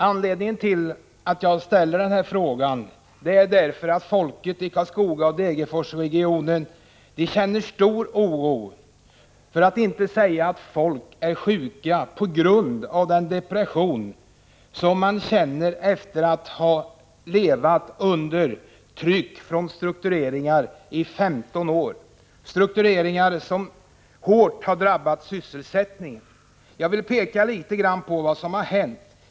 Anledningen till att jag ställde frågan är att folket i Karlskoga-Degerforsregionen känner stor oro — för att inte säga att folk är sjuka — på grund av den depression som man känner efter att i 15 år ha levt under trycket av struktureringar, struktureringar som hårt har drabbat sysselsättningen. Jag vill peka litet grand på vad som har hänt.